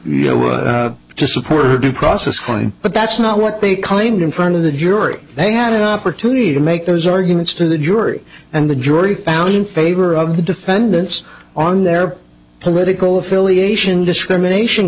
to to support her due process crime but that's not what they claimed in front of the jury they had an opportunity to make those arguments to the jury and the jury found in favor of the defendants on their political affiliation discrimination